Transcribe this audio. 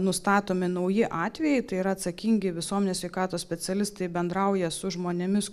nustatomi nauji atvejai tai yra atsakingi visuomenės sveikatos specialistai bendrauja su žmonėmis